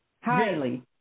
highly